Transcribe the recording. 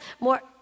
more